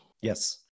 Yes